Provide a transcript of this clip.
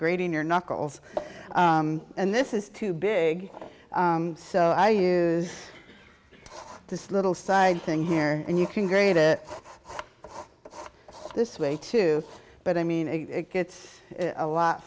grading your knuckles and this is too big so i use this little side thing here and you can grate it this way too but i mean it gets a lot